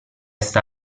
sta